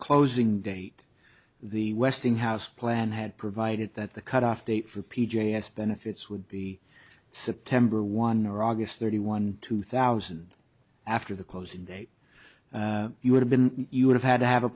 closing date the westinghouse plan had provided that the cutoff date for p j s benefits would be supplied or one ragas thirty one two thousand after the closing date you would have been you would have had to have a